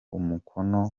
umukono